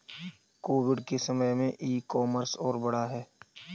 Covid के समय में ई कॉमर्स और बढ़ा है